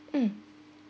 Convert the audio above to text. mm